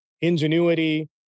ingenuity